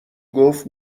گفت